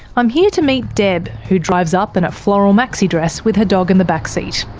i'm here to meet deb, who drives up in a floral maxi dress with her dog in the backseat.